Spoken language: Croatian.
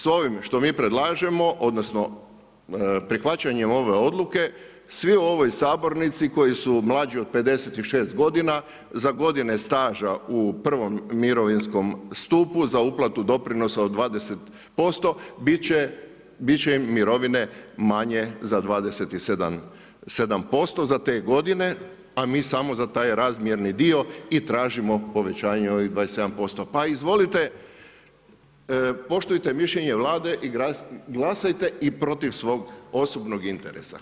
S ovime što mi predlažemo odnosno prihvaćanjem ove odluke, svi u ovoj sabornici koji su mlađi od 56 godina, za godine staža u I. mirovinskom stupu za uplatu doprinosa od 20%, bit će im mirovine manje za 27% za te godine a mi samo za taj razmjerni dio i tražimo povećanje ovih 27%, pa izvolite, poštujte mišljenje Vlade i glasajte i protiv svog osobnog interesa.